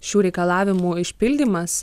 šių reikalavimų išpildymas